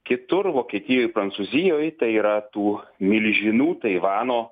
kitur vokietijoj prancūzijoj tai yra tų milžinių taivano